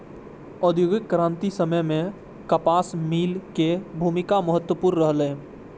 औद्योगिक क्रांतिक समय मे कपास मिल के भूमिका महत्वपूर्ण रहलै